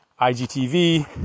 IGTV